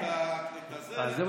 את הזה,